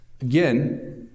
Again